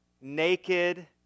naked